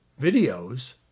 videos